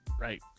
Right